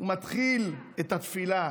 הוא מתחיל את התפילה,